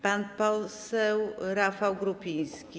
Pan poseł Rafał Grupiński.